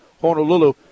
Honolulu